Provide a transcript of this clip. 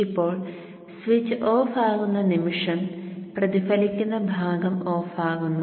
ഇപ്പോൾ switch off ആകുന്ന നിമിഷം പ്രതിഫലിക്കുന്ന ഭാഗം ഓഫ് ആകുന്നു